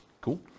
Cool